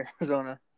Arizona